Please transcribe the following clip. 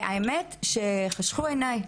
והאמת שחשכו עיני.